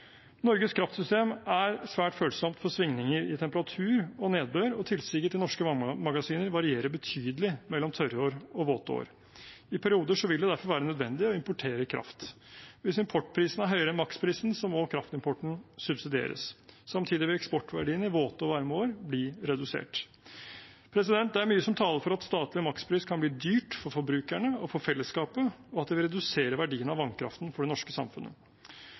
I perioder vil det derfor være nødvendig å importere kraft. Hvis importprisene er høyere enn maksprisen, må kraftimporten subsidieres. Samtidig vil eksportverdiene i våte og varme år bli redusert. Det er mye som taler for at en statlig makspris kan bli dyrt for forbrukerne og for fellesskapet, og at det vil redusere verdien av vannkraften for det norske samfunnet.